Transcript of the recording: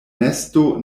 nesto